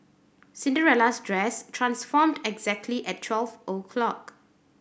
Cinderella's dress transformed exactly at twelve o' clock